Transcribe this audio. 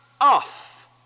off